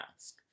ask